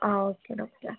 ആ okay doctor